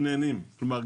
כלומר,